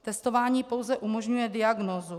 Testování pouze umožňuje diagnózu.